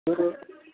तर